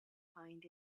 find